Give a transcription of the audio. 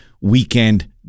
weekend